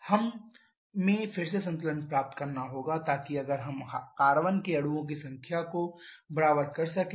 तब हमें फिर से संतुलन प्राप्त करना होगा ताकि अगर हम कार्बन के अणुओं की संख्या को बराबर कर सकें